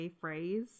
phrase